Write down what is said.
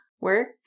work